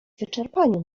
wyczerpaniu